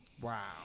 Wow